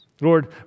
Lord